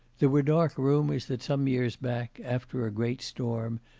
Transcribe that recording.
there were dark rumours that some years back, after a great storm,